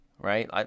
right